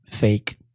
fake